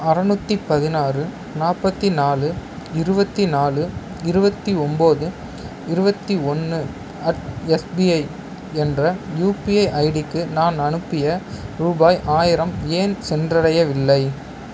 அறநூற்றி பதினாறு நாற்பத்தி நாலு இருபத்தினாலு இருபத்தி ஒம்பது இருபத்தி ஒன்று அட் எஸ்பிஐ என்ற யூபிஐ ஐடிக்கு நான் அனுப்பிய ரூபாய் ஆயிரம் ஏன் சென்றடையவில்லை